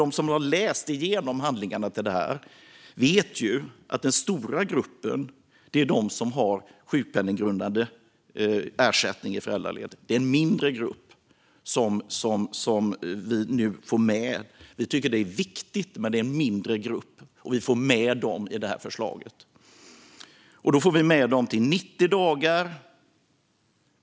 De som har läst igenom handlingarna vet att den stora gruppen är de som har sjukpenninggrundande ersättning vid föräldraledighet. Det är en mindre grupp som vi nu får med. Vi tycker att det är viktigt. Men det är en mindre grupp, och vi får med dem med det här förslaget. De får rätt till 90 dagar med ersättning.